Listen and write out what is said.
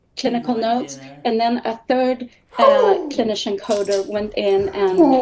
clinical notes and then a third clinician coder went in and.